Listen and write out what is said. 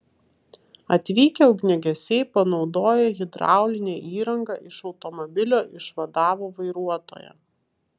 atvykę ugniagesiai panaudoję hidraulinę įrangą iš automobilio išvadavo vairuotoją